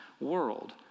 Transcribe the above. world